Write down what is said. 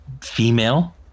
female